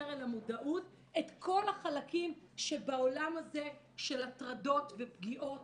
למודעות את כל החלקים שבעולם הזה של הטרדות ופגיעות